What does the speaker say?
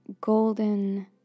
golden